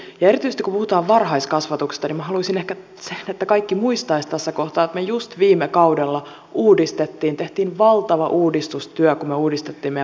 erityisesti kun puhutaan varhaiskasvatuksesta niin minä haluaisin ehkä että kaikki muistaisivat tässä kohtaa että me just viime kaudella uudistimme tehtiin valtava uudistustyö meidän varhaiskasvatuslainsäädäntöämme